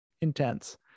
intense